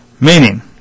Meaning